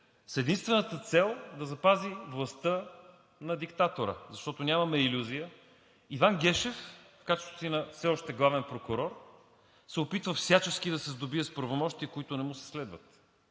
с единствената цел да запази властта на диктатора, защото нямаме илюзия, Иван Гешев в качеството си на все още главен прокурор се опитва всячески да се сдобие с правомощия, които не му се следват.